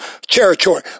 territory